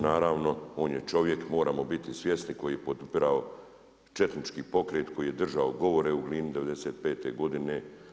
Naravno on je čovjek, moramo biti svjesni koji je podupirao četnički pokret koji je držao govore u Glini '95. godine.